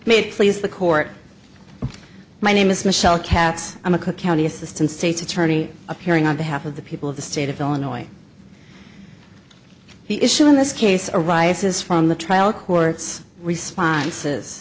made please the court my name is michelle katz i'm a cook county assistant state's attorney appearing on behalf of the people of the state of illinois the issue in this case arises from the trial court's responses